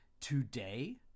today